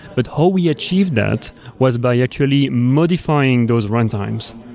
but how we achieved that was by yeah actually modifying those runtimes.